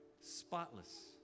spotless